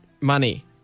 money